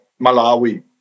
Malawi